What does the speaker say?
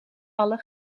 alle